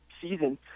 season